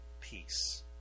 peace